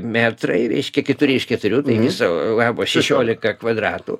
metrai reiškia keturi iš keturių tai viso labo šešiolika kvadratų